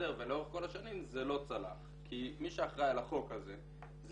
ולאורך כל השנים זה לא צלח כי מי שאחראי על החוק הזה,